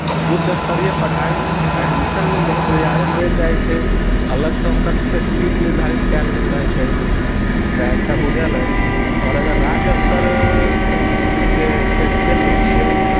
उच्च स्तरीय पढ़ाइमे एडमिशनमे बहुत रियायत देल जाइत छै अलगसँ हुनकर सभके सीट निर्धारित कयल गेल रहैत छै सएह टा बुझल अइ आओर अगर राज्य स्तर के खेल खेलि लैत छियै